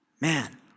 Man